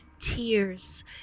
Tears